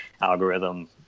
algorithm